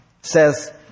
says